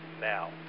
now